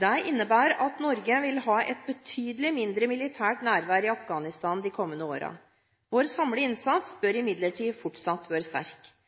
Det innebærer at Norge vil ha et betydelig mindre militært nærvær i Afghanistan de kommende årene. Vår samlede innsats bør imidlertid fortsatt være sterk.